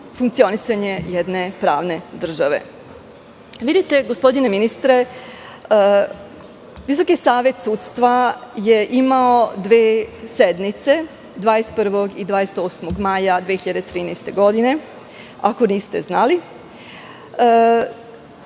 funkcionisanje jedne pravne države. Vidite gospodine ministre, Visoki savet sudstva je imao dve sednice, 21. i 28. maja 2013. godine, ako niste znali.